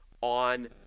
on